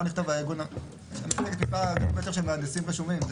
בואו נכתוב: --- של מהנדסים רשומים.